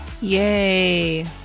Yay